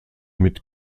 mit